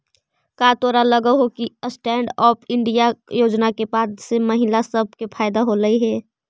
का तोरा लग हो कि स्टैन्ड अप इंडिया योजना के बाद से महिला सब के फयदा होलई हे?